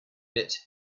bit